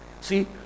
see